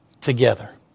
together